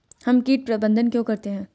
हम कीट प्रबंधन क्यों करते हैं?